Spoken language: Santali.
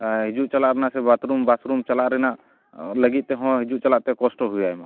ᱦᱤᱡᱩᱜ ᱪᱟᱞᱟᱜ ᱨᱮᱱᱟᱜ ᱥᱮ ᱵᱟᱛᱷᱨᱩᱢ ᱪᱟᱞᱟᱜ ᱨᱮᱱᱟᱜ ᱞᱟᱹᱜᱤᱫ ᱛᱮᱦᱚᱸ ᱦᱤᱡᱩᱜ ᱪᱟᱞᱟᱜ ᱛᱮ ᱠᱚᱥᱴᱚ ᱦᱩᱭᱟᱭᱢᱟ